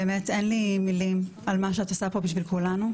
באמת אין לי מילים על מה שאת עושה פה בשביל כולנו.